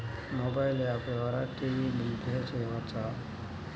Mobile app ద్వారా TV bill pay చేయవచ్చా?